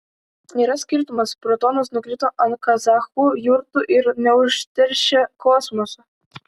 yra skirtumas protonas nukrito ant kazachų jurtų ir neužteršė kosmoso